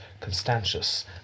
Constantius